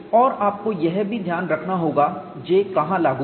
और आपको यह भी ध्यान रखना होगा J कहां लागू है